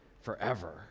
forever